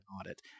audit